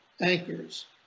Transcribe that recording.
anchors